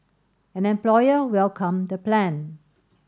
an employer welcomed the plan